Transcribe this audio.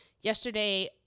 Yesterday